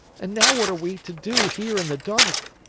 and now what are we to do here in the dark?